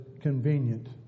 convenient